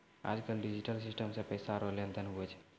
आज कल digital system से पैसा रो लेन देन हुवै छै